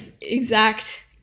exact